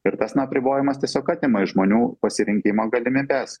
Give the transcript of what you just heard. ir tas na apribojimas tiesiog atima iš žmonių pasirinkimo galimybes